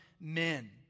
men